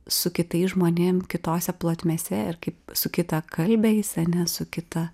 su kitais žmonėm kitose plotmėse ir kaip su kitakalbiais ane su kita